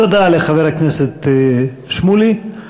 תודה לחבר הכנסת שמולי.